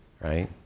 Right